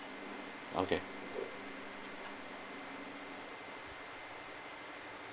okay